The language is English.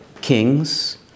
kings